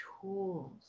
tools